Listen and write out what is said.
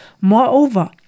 Moreover